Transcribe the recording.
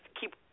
keep